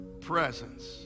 presence